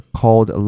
called